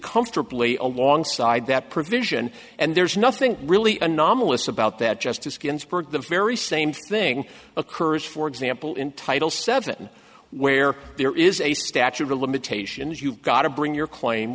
comfortably alongside that provision and there's nothing really anomalous about that justice ginsburg the very same thing occurs for example in title seven where there is a statute of limitations you've got to bring your claim